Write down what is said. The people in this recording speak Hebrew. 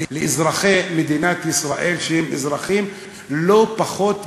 לאזרחי מדינת ישראל, שהם אזרחים לא פחות ממך,